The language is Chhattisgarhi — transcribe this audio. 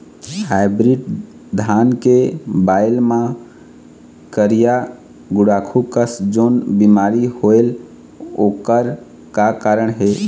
हाइब्रिड धान के बायेल मां करिया गुड़ाखू कस जोन बीमारी होएल ओकर का कारण हे?